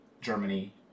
Germany